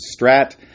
Strat